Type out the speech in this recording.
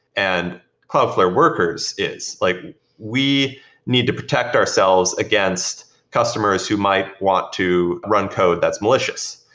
and cloudflare workers is. like we need to protect ourselves against customers who might want to run code that's malicious.